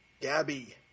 Gabby